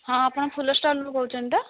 ହଁ ଆପଣ ଫୁଲ ଷ୍ଟଲରୁ କହୁଛନ୍ତି ତ